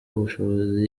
ubushobozi